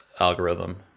algorithm